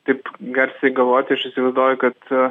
taip garsiai galvoti aš įsivaizduoju kad